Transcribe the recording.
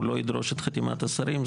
הוא לא ידרוש את חתימת השרים.